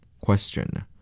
Question